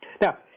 Now